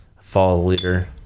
fall-leader